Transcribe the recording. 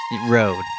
road